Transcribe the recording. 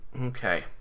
Okay